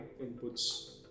inputs